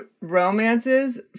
romances